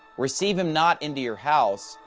receive him not into your house,